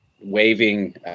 waving